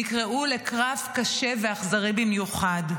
הם נקראו לקרב קשה ואכזרי במיוחד,